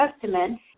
Testament